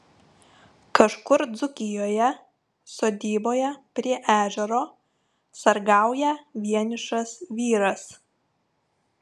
kažkur dzūkijoje sodyboje prie ežero sargauja vienišas vyras